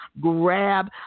grab